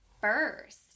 first